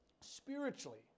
spiritually